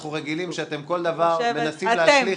אנחנו רגילים שאתם כל דבר מנסים להשליך